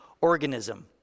organism